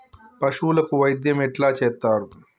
పశువులకు వైద్యం ఎట్లా చేత్తరు?